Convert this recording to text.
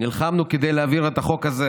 נלחמנו כדי להעביר את החוק הזה.